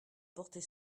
porter